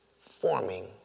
forming